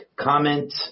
comment